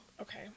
Okay